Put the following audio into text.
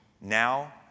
Now